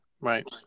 Right